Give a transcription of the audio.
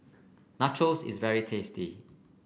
Nachos is very tasty